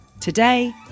Today